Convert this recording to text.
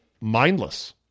mindless